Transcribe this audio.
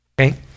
Okay